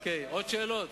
עוד שאלות?